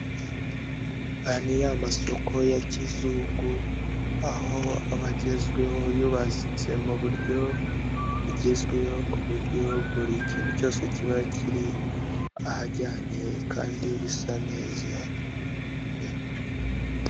Aya ni ya masoko ya kizungu, aho aba agezweho yubatse mu buryo bugezweho ku buryo buri kintu cyose kiba kiri ahajyanye kandi bisa neza.